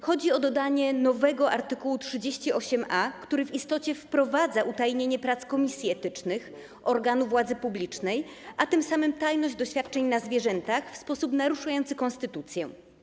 Chodzi o dodanie nowego art. 38a, który w istocie wprowadza utajnienie prac komisji etycznych, organów władzy publicznej, a tym samym tajność doświadczeń na zwierzętach w sposób naruszający konstytucję.